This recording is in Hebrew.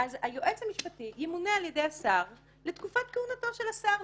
היועץ המשפטי ימונה על ידי השר לתקופת כהונתו של השר.